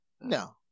No